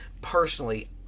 personally